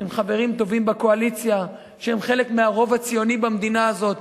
עם חברים טובים בקואליציה שהם חלק מהרוב הציוני במדינה הזאת.